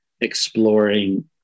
exploring